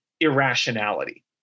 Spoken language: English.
irrationality